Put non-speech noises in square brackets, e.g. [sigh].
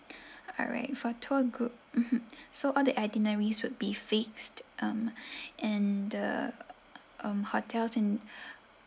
[breath] alright for tour group mmhmm so all the itineraries would be fixed um [breath] and the um hotels in [breath]